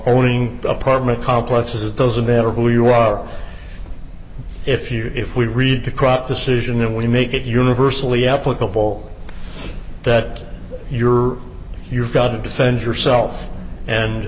owning apartment complexes those are better who you are if you're if we read the crop decision and we make it universally applicable that you're you've got to defend yourself and